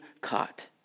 caught